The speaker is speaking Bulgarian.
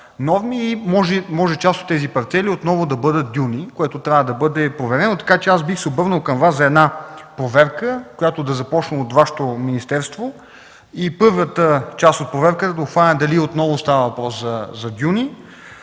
и може част от тези парцели отново да бъдат дюни, което трябва да бъде проверено. Аз бих се обърнал към Вас за една проверка, която да започне от Вашето министерство. Първата част от проверката да обхване дали отново става въпрос за дюни,